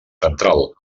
central